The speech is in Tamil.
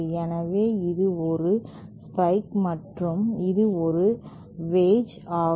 எனவே இது ஒரு ஸ்பைக் மற்றும் இது ஒரு வேட்ச் ஆகும்